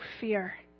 fear